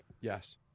Yes